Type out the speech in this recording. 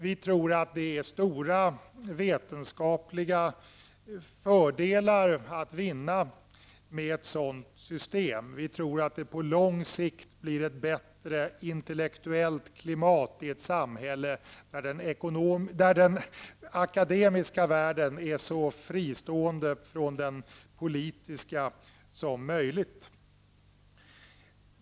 Vi tror att det är stora vetenskapliga fördelar att vinna med ett sådant system. Vi tror att det på lång sikt blir ett bättre intellektuellt klimat i ett samhälle där den akademiska världen är så fristående från den politiska som möjligt.